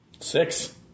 six